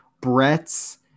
Brett's